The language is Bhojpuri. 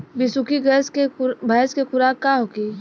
बिसुखी भैंस के खुराक का होखे?